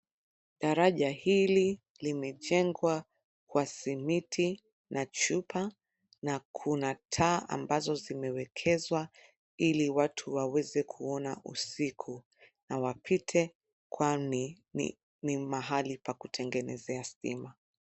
Daraja hili limejengwa kwa simiti na chupa na kuna taa ambazo zimewekezwa ili watu waweze kuona usiku na wapite kwani ni mahali pa kutengenezea stima.